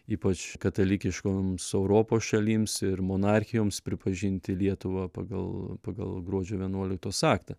ypač katalikiškoms europos šalims ir monarchijoms pripažinti lietuvą pagal pagal gruodžio vienuoliktos aktą